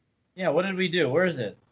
yeah, what did we do? where is it?